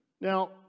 Now